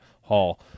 hall